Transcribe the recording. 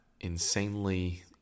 insanely